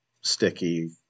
sticky